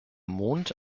mond